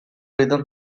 rhythm